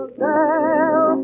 girl